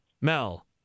Mel